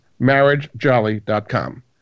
marriagejolly.com